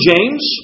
James